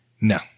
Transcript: No